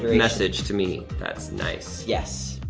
message to me, that's nice. yes.